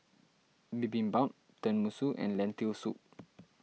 Bibimbap Tenmusu and Lentil Soup